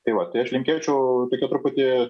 tai va tai aš linkėčiau tokio truputį